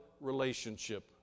relationship